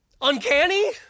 uncanny